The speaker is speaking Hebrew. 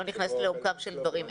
לא ניכנס לעומקם של דברים.